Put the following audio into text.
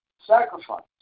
sacrifice